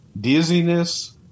dizziness